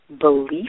belief